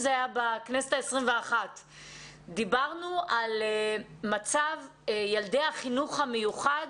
בכנסת ה-21 דיברנו על מצב ילדי החינוך המיוחד